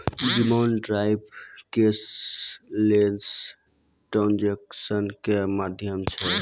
demand draft cashless transaction के माध्यम छै